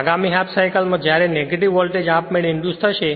આગામી half cycle માં જ્યારે નેગેટિવ વોલ્ટેજ આપમેળે ઇંડ્યુસ થશે